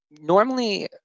normally